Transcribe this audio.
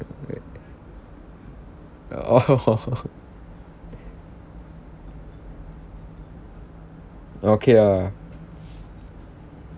orh orh okay ah